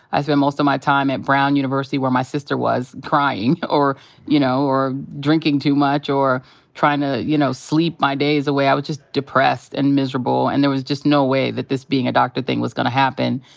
i spent most of my time at brown university, where my sister was, crying, you know, or drinking too much, or trying to, you know, sleep my days away. i was just depressed and miserable, and there was just no way that this being a doctor thing was gonna happen.